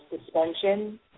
suspension